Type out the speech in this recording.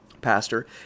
pastor